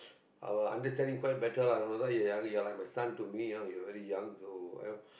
our understanding quite better lah you know you're like a son to me lah you're very young so